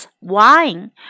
wine